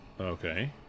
Okay